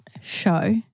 show